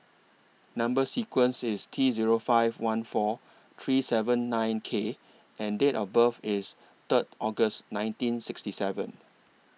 Number sequence IS T Zero five one four three seven nine K and Date of birth IS Third August nineteen sixty seven